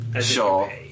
Sure